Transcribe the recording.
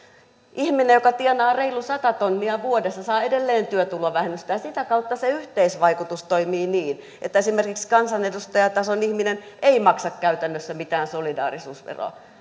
ihminen joka tienaa reilu satatonnia vuodessa saa edelleen työtulovähennystä ja sitä kautta se yhteisvaikutus toimii niin että esimerkiksi kansanedustajatason ihminen ei maksa käytännössä mitään solidaarisuusveroa